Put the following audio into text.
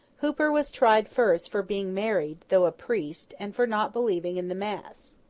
hooper was tried first for being married, though a priest, and for not believing in the mass.